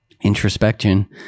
introspection